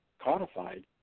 codified